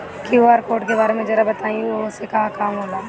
QR code के बारे में जरा बताई वो से का काम होला?